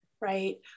right